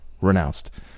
renounced